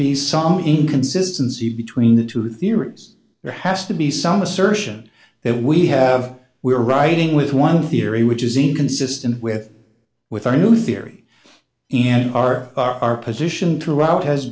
be some inconsistency between the two theories there has to be some assertion that we have we are writing with one theory which is inconsistent with with our new theory and our our position throughout has